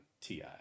TI